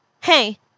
hey